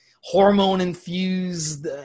hormone-infused